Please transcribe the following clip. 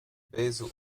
basil